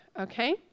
okay